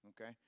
okay